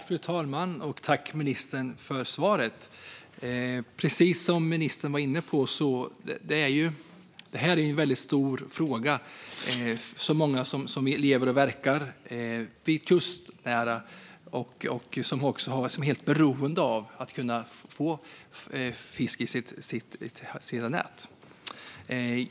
Fru talman! Tack, ministern, för svaret! Precis som ministern var inne på är detta en väldigt stor fråga för många som lever och verkar i kustnära områden och är helt beroende av att kunna få fisk i sina nät.